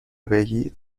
بگید